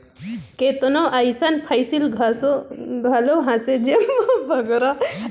केतनो अइसन फसिल घलो अहें जेम्हां बगरा पानी परे ले ओ फसिल मन हर सइर घलो जाथे